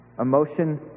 Emotion